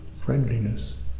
friendliness